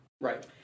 Right